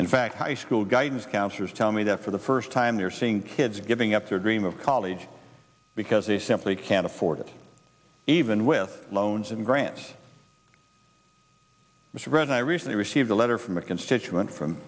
in fact high school guidance counselors tell me that for the first time they're seeing kids giving up their dream of college because they simply can't afford it even with loans and grants which read i recently received a letter from a constituent from